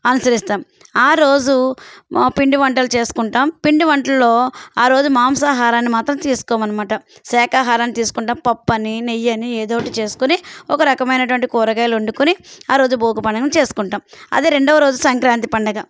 అనుసరిస్తాము ఆ రోజు మా పిండి వంటలు చేసుకుంటాము పిండి వంటల్లో ఆ రోజు మాంసాహారాన్ని మాత్రం తీసుకోమన్నమాట శాఖాహారం తీసుకుంటాము పప్పు అని నెయ్యి అని ఏదో ఒకటి చేసుకొని ఒక రకమైనటువంటి కూరగాయలు వండుకొని ఆ రోజు భోగి పండగను చేసుకుంటాము అది రెండవ రోజు సంక్రాంతి పండుగ